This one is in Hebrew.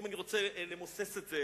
אם אני רוצה למוסס את זה,